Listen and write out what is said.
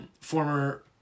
former